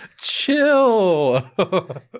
chill